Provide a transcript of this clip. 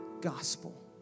gospel